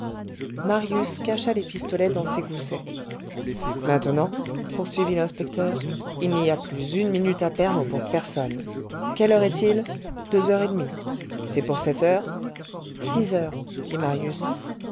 marius cacha les pistolets dans ses goussets maintenant poursuivit l'inspecteur il n'y a plus une minute à perdre pour personne quelle heure est-il deux heures et demie c'est pour sept heures six heures dit marius